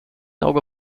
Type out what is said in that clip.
auge